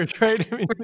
right